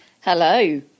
Hello